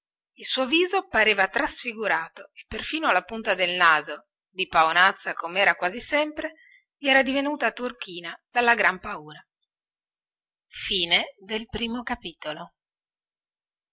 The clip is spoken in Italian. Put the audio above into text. il suo viso pareva trasfigurato e perfino la punta del naso di paonazza come era quasi sempre gli era diventata turchina dalla gran paura